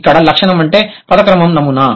ఇక్కడ లక్షణం అంటే పద క్రమం నమూనా